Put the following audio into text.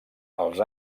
als